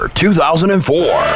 2004